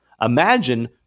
imagine